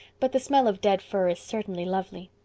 but the smell of dead fir is certainly lovely.